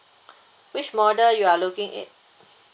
which model you are looking it